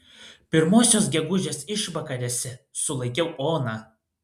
pirmosios gegužės išvakarėse sulaikiau oną